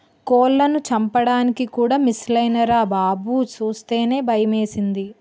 కోళ్లను చంపడానికి కూడా మిసన్లేరా బాబూ సూస్తేనే భయమేసింది